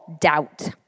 doubt